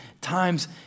times